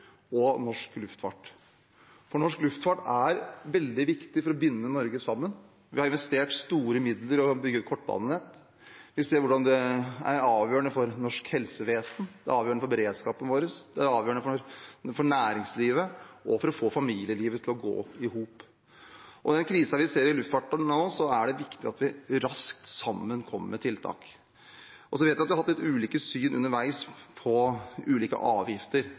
og norsk luftfart. Norsk luftfart er veldig viktig for å binde Norge sammen. Vi har investert store midler i å bygge ut et kortbanenett. Vi ser hvordan det er avgjørende for norsk helsevesen, for beredskapen vår, for næringslivet og for å få familielivet til å gå i hop. I den krisen vi ser i luftfarten nå, er det viktig at vi sammen kommer med tiltak raskt. Jeg vet vi underveis har hatt litt ulike syn på ulike avgifter.